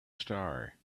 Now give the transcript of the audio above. star